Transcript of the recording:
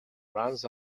runs